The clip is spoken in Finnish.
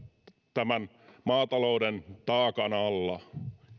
tämän maatalouden taakan alla